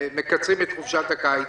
מקצרים את חופשת הקיץ,